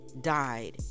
died